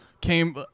came